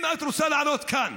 אם את רוצה לעלות לכאן